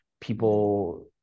people